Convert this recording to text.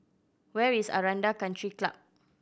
where is Aranda Country Club